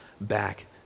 back